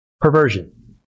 perversion